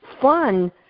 fun